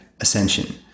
ascension